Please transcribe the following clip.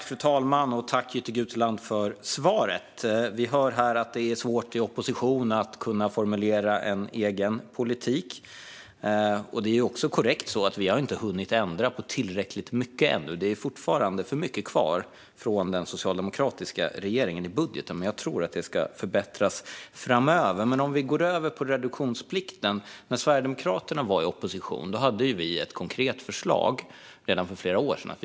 Fru talman! Tack för svaret, Jytte Guteland! Vi hör här att det är svårt att formulera en egen politik när man är i opposition. Det är också korrekt att vi inte har hunnit ändra på tillräckligt mycket än. Det är fortfarande för mycket kvar i budgeten från den socialdemokratiska regeringen. Men jag tror att det ska förbättras framöver. Vi kan gå över till reduktionsplikten. När Sverigedemokraterna var i opposition hade vi redan för flera år sedan ett konkret förslag.